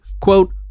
quote